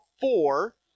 four